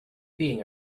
being